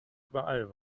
überall